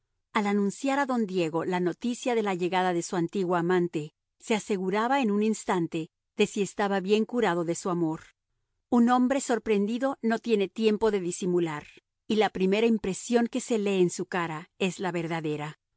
al anunciar a don diego la noticia de la llegada de su antigua amante se aseguraba en un instante de si estaba bien curado de su amor un hombre sorprendido no tiene tiempo de disimular y la primera impresión que se lee en su cara es la verdadera